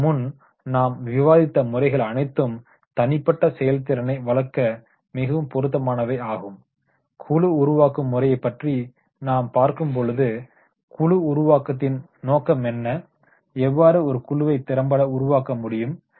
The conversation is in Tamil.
இதற்கு முன் நாம் விவாதித்த முறைகள் அனைத்தும் தனிப்பட்ட செயல்திறனை வளர்க்க மிகவும் பொருத்தமானவை ஆகும் குழு உருவாக்கும் முறையைப் பற்றி நாம் பார்க்கும்போது குழு உருவாக்கத்தின் நோக்கமென்ன எவ்வாறு ஒரு குழுவை திறம்பட உருவாக்க முடியும்